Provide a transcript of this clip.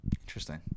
Interesting